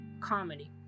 Comedy